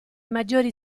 maggiori